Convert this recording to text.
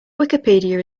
wikipedia